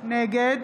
נגד